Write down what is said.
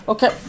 Okay